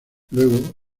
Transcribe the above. luego